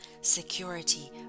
security